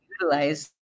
Utilize